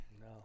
No